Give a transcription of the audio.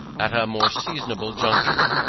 at a more seasonable juncture,